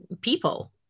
people